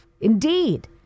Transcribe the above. Indeed